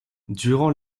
durant